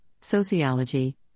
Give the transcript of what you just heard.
sociology